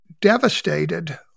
devastated